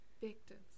Victims